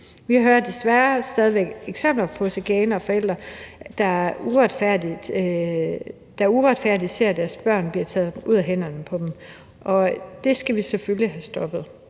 Vi hører desværre stadig væk eksempler på chikane og på forældre, der på uretfærdig vis oplever deres børn blive taget ud af hænderne på dem, og det skal vi selvfølgelig have stoppet.